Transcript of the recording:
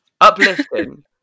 uplifting